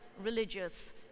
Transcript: religious